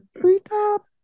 Treetop